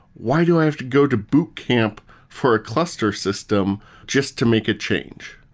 why do i have to go to boot camp for a cluster system just to make a change?